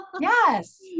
Yes